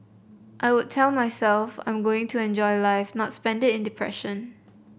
I would tell myself that I'm going to enjoy life not spend it in depression